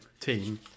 team